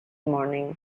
morning